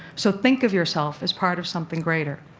so think of yourself as part of something greater.